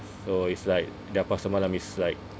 so it's like their pasar malam is like